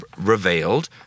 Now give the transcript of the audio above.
revealed